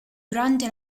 durante